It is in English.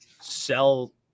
sell